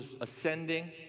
ascending